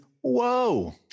whoa